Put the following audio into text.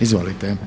Izvolite.